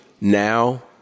now